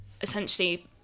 essentially